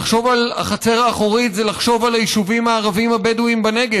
לחשוב על החצר האחורית זה לחשוב על היישובים הערביים הבדואיים בנגב.